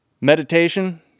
Meditation